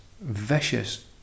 vicious